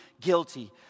guilty